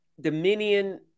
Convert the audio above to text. Dominion